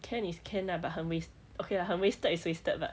can is can lah but 很 waste~ okay lah 很 wasted is wasted but